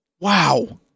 Wow